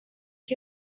its